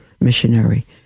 missionary